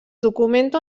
documenta